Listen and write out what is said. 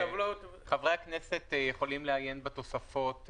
חברי הכנסת יכולים לעיין בתוספות.